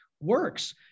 works